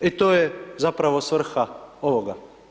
I to je zapravo svrha ovoga.